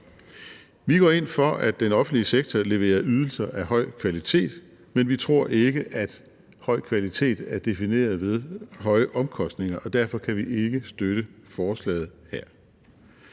Vi går ind for, at den offentlige sektor leverer ydelser af høj kvalitet, men vi tror ikke, at høj kvalitet er defineret ved høje omkostninger, og derfor kan vi ikke støtte forslaget her.